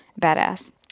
badass